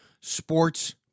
Sports